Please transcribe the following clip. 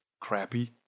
crappy